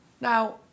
Now